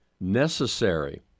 necessary